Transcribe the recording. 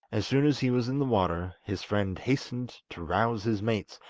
as soon as he was in the water, his friend hastened to rouse his mates,